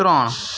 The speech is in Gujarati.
ત્રણ